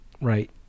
Right